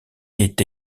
est